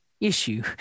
issue